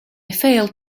failed